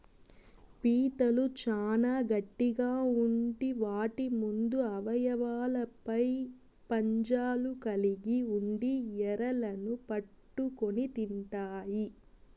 పీతలు చానా గట్టిగ ఉండి వాటి ముందు అవయవాలపై పంజాలు కలిగి ఉండి ఎరలను పట్టుకొని తింటాయి